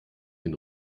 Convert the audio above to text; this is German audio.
den